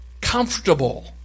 comfortable